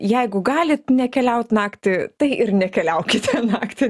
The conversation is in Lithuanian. jeigu galit nekeliaut naktį tai ir nekeliaukite naktį